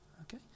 Okay